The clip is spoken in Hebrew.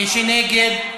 מי שנגד,